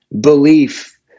belief